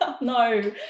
No